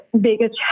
biggest